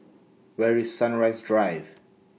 Where IS Sunrise Drive